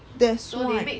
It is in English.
that's why